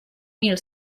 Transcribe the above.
mil